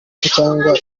cyangwa